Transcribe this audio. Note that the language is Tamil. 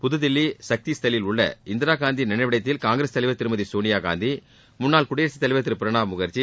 புதுதில்லி சக்தி ஸ்தல்லில் உள்ள இந்திரா காந்தியின் நினைவிடத்தில் காங்கிரஸ் தலைவர் திருமதி சோனியாகாந்தி முன்னாள் குடியரசுத் தலைவர் திரு பிரணாப் முகர்ஜி